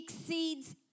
exceeds